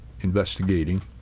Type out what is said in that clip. investigating